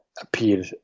appeared